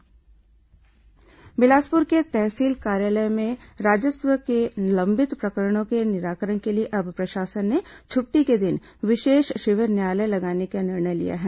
विशेष शिविर न्यायालय बिलासपुर के तहसील कार्यालय में राजस्व के लंबित प्रकरणों के निराकरण के लिए अब प्रशासन ने छुट्टी के दिन ॅविशेष शिविर न्यायालय लगाने का निर्णय लिया है